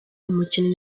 umukinnyi